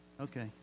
Okay